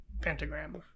pentagram